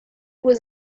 was